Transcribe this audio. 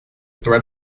threat